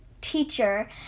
teacher